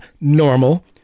normal